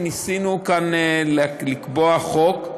ניסינו כאן לקבוע חוק.